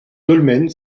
dolmen